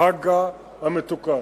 הג"א המתוקן.